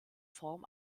form